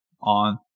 on